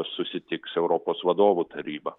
susitiks europos vadovų taryba